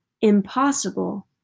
Impossible